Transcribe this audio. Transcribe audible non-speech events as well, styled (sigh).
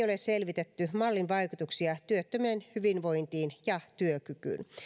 (unintelligible) ole selvitetty mallin vaikutuksia työttömien hyvinvointiin ja työkykyyn